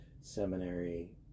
seminary